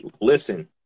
listen